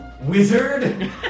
wizard